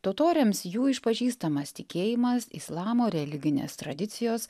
totoriams jų išpažįstamas tikėjimas islamo religinės tradicijos